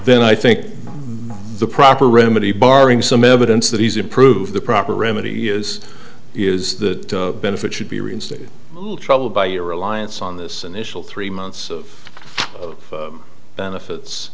then i think the proper remedy barring some evidence that he's improved the proper remedy is is the benefit should be reinstated troubled by your reliance on this initial three months of benefits